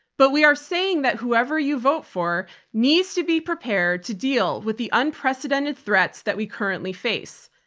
but we are saying that whoever you vote for needs to be prepared to deal with the unprecedented threats that we currently face.